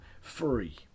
free